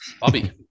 Bobby